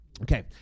Okay